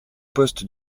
poste